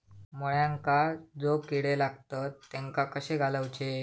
मुळ्यांका जो किडे लागतात तेनका कशे घालवचे?